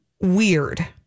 weird